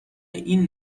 این